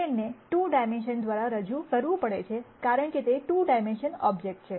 પ્લેનને 2 ડાયમેન્શન દ્વારા રજૂ કરવું પડે છે કારણ કે તે 2 ડાયમેન્શન ઓબ્જેક્ટ છે